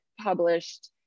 published